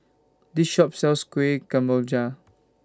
This Shop sells Kueh Kemboja